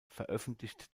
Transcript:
veröffentlicht